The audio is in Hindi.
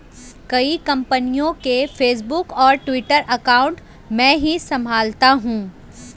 कई कंपनियों के फेसबुक और ट्विटर अकाउंट मैं ही संभालता हूं